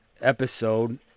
episode